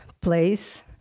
place